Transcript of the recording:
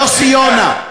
יוסי יונה,